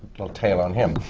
little tale on him.